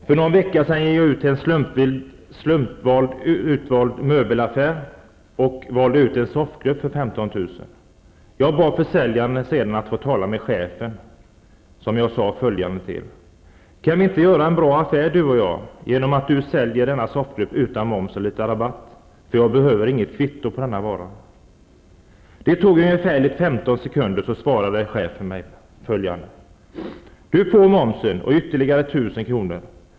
För någon vecka sedan gick jag till en slumpvis utvald möbelaffär och valde ut en soffgrupp för 15 000 kr. Jag bad sedan försäljaren att få tala med chefen och sade följande till honom: Kan vi inte göra en bra affär, du och jag, genom att du säljer soffgruppen utan moms och med litet rabatt, för jag behöver inget kvitto på denna vara. Det tog ungefär 15 sekunder innan han svarade mig: Du får momsen och ytterligare 1 000 kr. i rabatt.